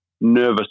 nervous